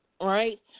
right